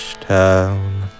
town